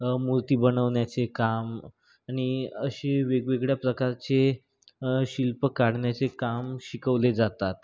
मूर्ती बनवण्याचे काम आणि असे वेगवेगळ्या प्रकारचे शिल्प काढण्याचे काम शिकवले जातात